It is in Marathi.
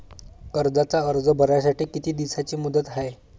कर्जाचा अर्ज भरासाठी किती दिसाची मुदत हाय?